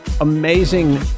amazing